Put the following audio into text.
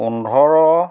পোন্ধৰ